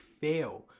fail